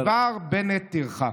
מדבר בנט תרחק.